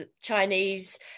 Chinese